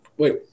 Wait